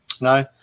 No